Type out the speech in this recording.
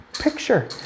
picture